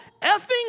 effing